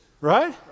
Right